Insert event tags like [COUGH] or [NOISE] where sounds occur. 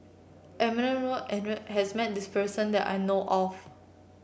Edmund Road and [UNINTELLIGIBLE] has met this person that I know of